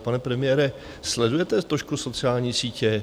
Pane premiére, sledujete trošku sociální sítě?